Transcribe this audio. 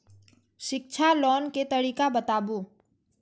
शिक्षा लोन के तरीका बताबू?